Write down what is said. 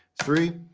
three.